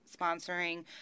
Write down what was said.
sponsoring